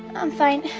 i'm fine.